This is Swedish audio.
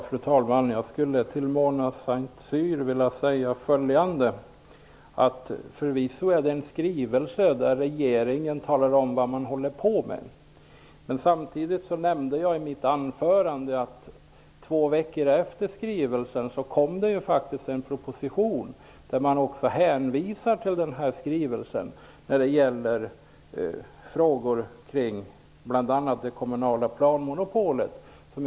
Fru talman! Jag vill säga följande till Mona Saint Cyr. Förvisso är det fråga om en skrivelse där regeringen talar om vad den håller på med. Samtidigt nämnde jag i mitt anförande att två veckor efter det att skrivelsen avlämnades kom det en proposition. I den hänvisas till skrivelsen när det gäller frågor kring bl.a. det kommunala planmonopolet.